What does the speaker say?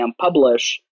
publish